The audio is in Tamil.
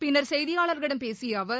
பின்னர் செய்தியாளர்களிடம் பேசிய அவர்